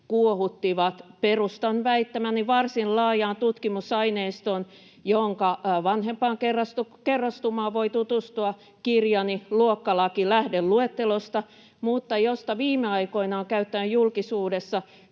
kuohuttivat, perustan väittämäni varsin laajaan tutkimusaineistoon, jonka vanhempaan kerrostumaan voi tutustua kirjani ”Luokkalaki” lähdeluettelosta mutta josta viime aikoina on käyttänyt julkisuudessa